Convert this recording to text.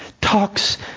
Talks